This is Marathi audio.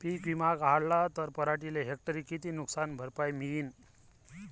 पीक विमा काढला त पराटीले हेक्टरी किती नुकसान भरपाई मिळीनं?